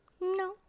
No